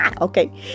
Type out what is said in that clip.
Okay